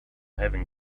having